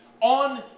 on